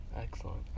Excellent